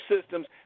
systems